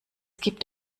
gibt